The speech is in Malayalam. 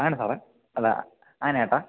അതെന്നാ ചേട്ടാ